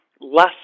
less